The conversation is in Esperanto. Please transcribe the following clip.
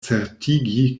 certigi